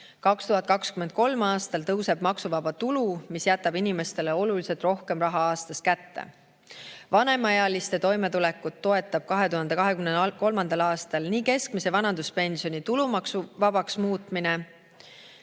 2023. aastal tõuseb maksuvaba tulu, mille tulemusena jääb inimestele oluliselt rohkem raha aastas kätte. Vanemaealiste toimetulekut toetab 2023. aastal nii keskmise vanaduspensioni tulumaksuvabaks muutmine